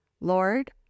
Lord